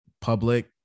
public